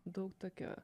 daug tokio